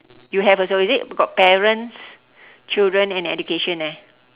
you have also is it got parents children and education eh